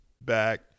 back